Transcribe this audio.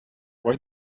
why